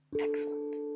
Excellent